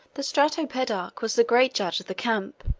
the stratopedarch was the great judge of the camp